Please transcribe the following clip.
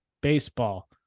Baseball